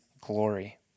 glory